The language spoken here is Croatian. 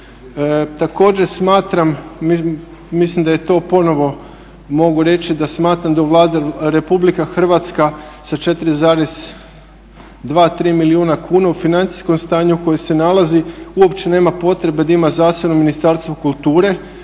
Također smatram, mislim da je to ponovno mogu reći da smatram da RH sa 4,2 milijuna kuna u financijskom stanju u kojem se nalazi uopće nema potrebe da ima zasebno Ministarstvo kulture